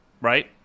right